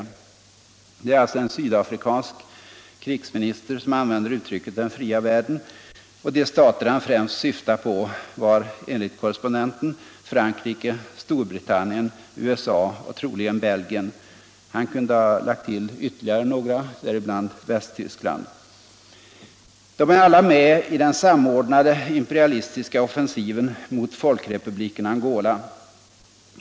Det är alltså en sydafrikansk krigsminister som använder uttrycket ”den fria världen”, och de stater han främst syftade på var enligt korrespondenten Frankrike, Storbritannien, USA och troligen Belgien. Han kunde ha lagt till ytterligare några, däribland Västtyskland. De är alla med i den samordnade imperialistiska offensiven mot Folkrepubliken Angola.